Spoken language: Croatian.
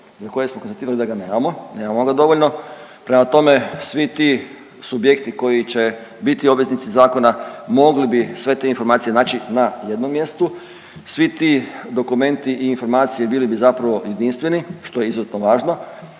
za koje smo konstatirali da ga nemamo, nemamo ga dovoljno. Prema tome, svi ti subjekti koji će biti obveznici zakona mogli bi sve te informacije naći na jednom mjestu, svi ti dokumenti i informacije bili bi zapravo jedinstveni što je izuzetno važno,